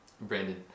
Brandon